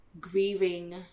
grieving